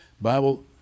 Bible